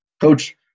coach